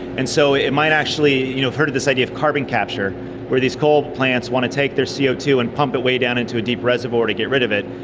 and so it might actually, you know, you've heard of this idea of carbon capture where these coal plants want to take their c o two and pump it way down into a deep reservoir to get rid of it.